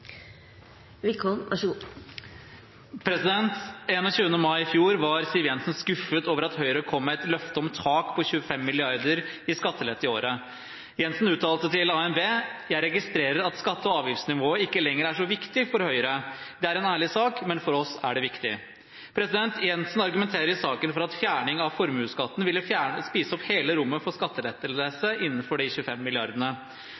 Høyre kom med løfte om et tak på 25 mrd. kr i skattelette i året. Jensen uttalte til ANB: «Jeg registrerer at skatte- og avgiftsnivået ikke lenger er så viktig for Høyre. Det er en ærlig sak. Men for oss er det viktig». Jensen argumenter i saken for at fjerning av formuesskatten ville spist opp hele rommet for